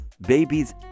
babies